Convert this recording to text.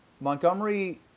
Montgomery